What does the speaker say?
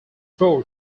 board